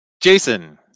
Jason